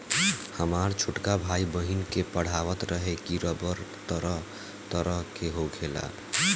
हामर छोटका भाई, बहिन के पढ़ावत रहे की रबड़ तरह तरह के होखेला